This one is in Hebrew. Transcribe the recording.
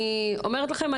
אני אומרת לכם,